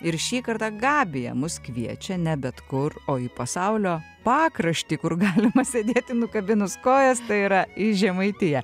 ir šįkart gabija mus kviečia ne bet kur o į pasaulio pakraštį kur galima sėdėti nukabinus kojas tai yra į žemaitiją